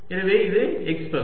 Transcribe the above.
எனவே இது x பகுதி